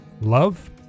Love